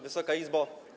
Wysoka Izbo!